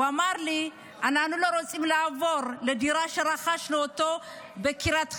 הוא אמר לי: אנחנו לא רוצים לעבור לדירה שרכשנו בקריית חיים,